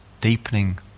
deepening